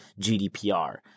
GDPR